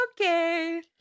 okay